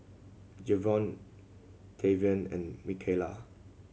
Javion Tavian and Mikalah